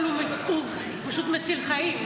אבל הוא פשוט מציל חיים.